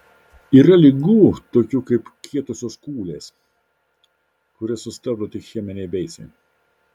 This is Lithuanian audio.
yra ligų tokių kaip kietosios kūlės kurias sustabdo tik cheminiai beicai